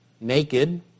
naked